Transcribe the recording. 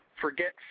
forget